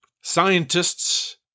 Scientists